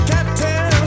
Captain